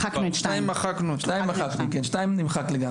מחקנו את זה 2. 2 נמחק לגמרי.